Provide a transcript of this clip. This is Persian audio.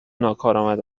ناکارآمد